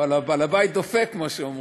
אבל בעל הבית דופק, כמו שאומרים.